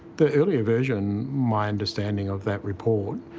the earlier version, my understanding of that report,